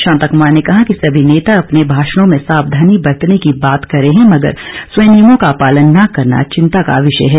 शांता कुमार ने कहा कि सभी नेता अपने भाषणों में सावधानी बरतने की बात कर रहे हैं मगर स्वयं नियमों का पालन न करना चिंता का विषय है